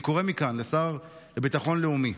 אני קורא מכאן לשר לביטחון לאומי.